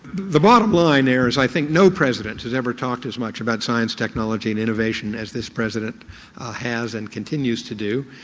the bottom line there is i think no president has ever talked as much about science, technology and innovation as this president has and continues to do.